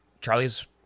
charlie's